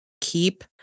keep